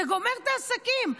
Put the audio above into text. זה גומר את העסקים.